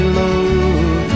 love